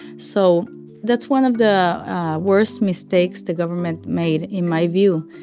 so that's one of the worst mistakes the government made, in my view.